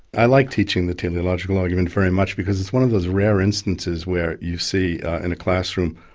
i like teaching the teleological argument very much because it's one of those rare instances where you see in a classroom,